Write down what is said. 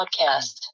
podcast